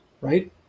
right